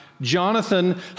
Jonathan